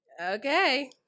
Okay